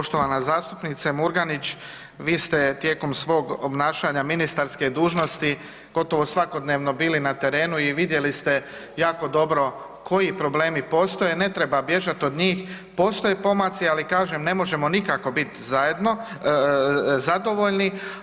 Poštovana zastupnice Murganić, vi ste tijekom svog obnašanja ministarske dužnosti gotovo svakodnevno bili na terenu i vidjeli ste jako dobro koji problemi postoje, ne treba bježat od njih, postoje pomaci, ali kažem ne možemo nikako bit zajedno, zadovoljni.